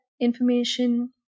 information